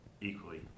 equally